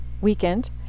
weekend